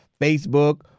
Facebook